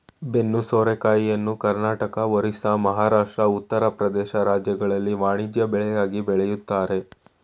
ಬೆನ್ನು ಸೋರೆಕಾಯಿಯನ್ನು ಕರ್ನಾಟಕ, ಒರಿಸ್ಸಾ, ಮಹಾರಾಷ್ಟ್ರ, ಉತ್ತರ ಪ್ರದೇಶ ರಾಜ್ಯಗಳಲ್ಲಿ ವಾಣಿಜ್ಯ ಬೆಳೆಯಾಗಿ ಬೆಳಿತರೆ